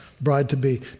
bride-to-be